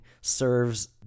serves